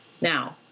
Now